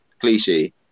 cliche